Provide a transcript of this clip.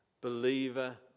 believer